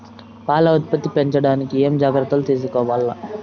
పాల ఉత్పత్తి పెంచడానికి ఏమేం జాగ్రత్తలు తీసుకోవల్ల?